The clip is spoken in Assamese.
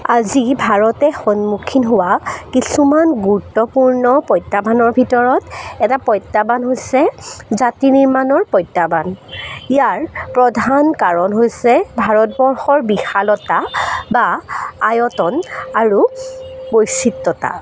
আজি ভাৰতে সন্মুখীন হোৱা কিছুমান গুৰুত্বপূৰ্ণ প্ৰত্যাহ্বানৰ ভিতৰত এটা প্ৰত্যাহ্বান হৈছে জাতি নিৰ্মাণৰ প্ৰত্যাহ্বান ইয়াৰ প্ৰধান কাৰণ হৈছে ভাৰতবৰ্ষৰ বিশালতা বা আয়তন আৰু বৈচিত্ৰতা